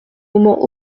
moment